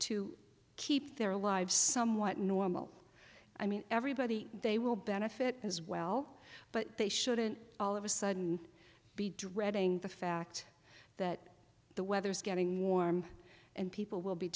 to keep their lives somewhat normal i mean everybody they will benefit as well but they shouldn't all of a sudden be dreading the fact that the weather's getting warm and people will be